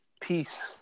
Peace